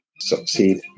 succeed